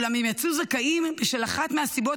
אולם הם יצאו זכאים בשל אחת מהסיבות